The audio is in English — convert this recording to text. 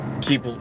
keep